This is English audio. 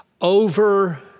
over